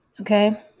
Okay